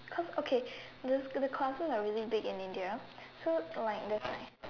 cause okay the the classes are really big in India so like the